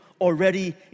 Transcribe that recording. already